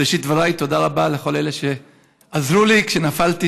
בראשית דבריי תודה רבה לכל אלה שעזרו לי כשנפלתי.